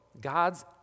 God's